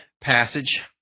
passage